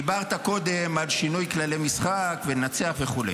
דיברת קודם על שינוי כללי משחק, וננצח וכו'.